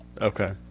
Okay